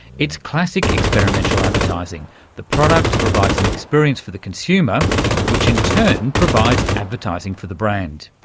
it's classic experiential advertising the product provides an experience for the consumer which in turn provides advertising for the brand.